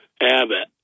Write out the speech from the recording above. Abbott